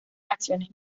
acciones